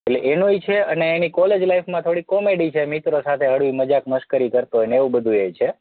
એટલે એનોય છે અને એની કોલેજ લાઈફમાં થોડીક કોમેડી છે મિત્રો સાથે હળવી મજાક મશ્કરી કરતો હોય એવું બધુંય છે